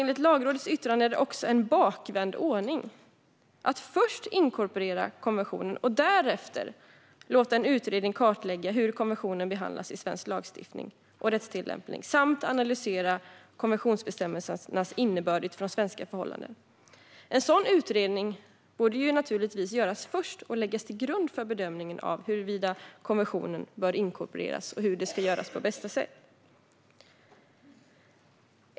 Enligt Lagrådets yttrande är det också en bakvänd ordning att först inkorporera konventionen och därefter låta en utredning kartlägga hur konventionen behandlas i svensk lagstiftning och rättstillämpning samt analysera konventionsbestämmelsernas innebörd utifrån svenska förhållanden. En sådan utredning borde naturligtvis göras först och läggas till grund för bedömningen av huruvida konventionen bör inkorporeras samt hur det på ska göras bästa sätt.